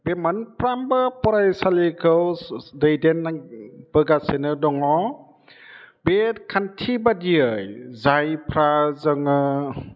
बे मोनफ्रोमबो फरायसालिखौ दैदेन्नाय बोगासिनो दङ बे खान्थि बादियै जायफ्रा जोङो